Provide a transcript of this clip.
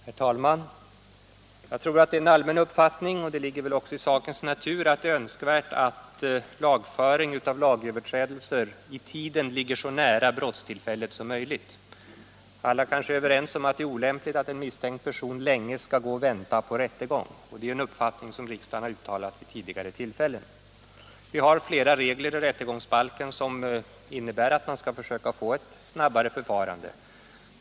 Herr talman! Jag tror det är en allmän uppfattning — och det ligger väl också i sakens natur — att det är önskvärt att lagföringen av lagöverträdare i tiden ligger så nära brottstillfället som möjligt. Alla kan vara överens om att det är olämpligt att en misstänkt person skall behöva vänta länge på rättegång: det är också en uppfattning som riksdagen har uttalat vid tidigare tillfällen. Vi har i rättegångsbalken flera regler som innebär att man skall försöka få ett snabbt förfarande.